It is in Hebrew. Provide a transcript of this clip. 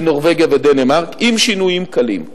בנורבגיה ודנמרק, עם שינויים קלים.